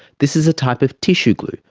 this is a type of tissue glue,